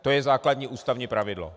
To je základní ústavní pravidlo.